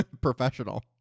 professional